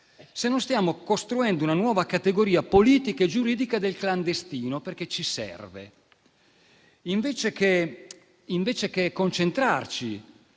se non stiamo costruendo una nuova categoria politica e giuridica del clandestino, perché ci serve. Ciò invece che concentrarci